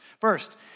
First